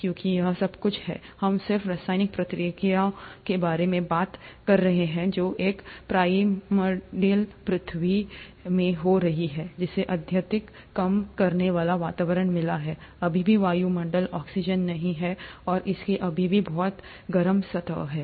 क्योंकि यह सब कुछ है हम सिर्फ रासायनिक प्रतिक्रियाओं के बारे में बात कर रहे हैं जो एक प्राइमर्डियल पृथ्वी में हो रही है जिसे अत्यधिक कम करने वाला वातावरण मिला है अभी भी वायुमंडलीय ऑक्सीजन नहीं है और इसकी अभी भी बहुत गर्म सतह है